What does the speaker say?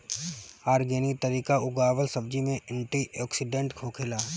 organic तरीका उगावल सब्जी में एंटी ओक्सिडेंट होखेला